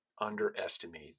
underestimate